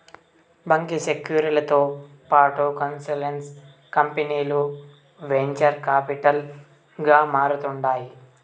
బాంకీ సెక్యూరీలతో పాటు కన్సల్టెన్సీ కంపనీలు వెంచర్ కాపిటల్ గా మారతాండాయి